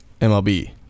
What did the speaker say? MLB